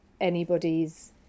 anybody's